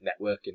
networking